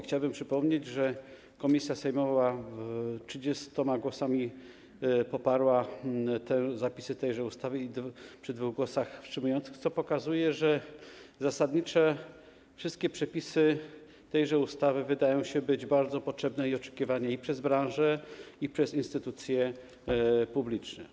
Chciałbym przypomnieć, że komisja sejmowa 30 głosami poparła zapisy tejże ustawy przy 2 głosach wstrzymujących, co pokazuje, że zasadnicze wszystkie przepisy tejże ustawy wydają się bardzo potrzebne i oczekiwane i przez branżę, i przez instytucje publiczne.